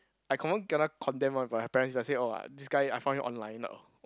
I confirm kena condemn one by my parents if I say orh ah this guy I found him online orh